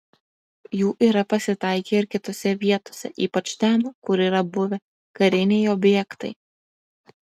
jų yra pasitaikę ir kitose vietose ypač ten kur yra buvę kariniai objektai